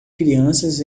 crianças